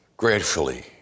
Gratefully